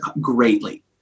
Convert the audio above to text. greatly